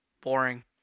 Boring